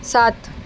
सात